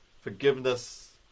forgiveness